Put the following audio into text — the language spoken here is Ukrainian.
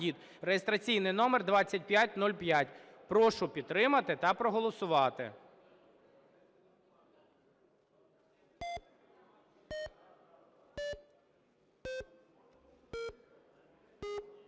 (реєстраційний номер 2505). Прошу підтримати та проголосувати.